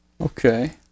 Okay